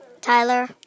Tyler